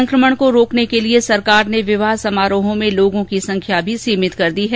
संकमण को रोकने के लिए सरकार ने विवाह समारोह में लोगो की संख्या भी सीमित कर दी है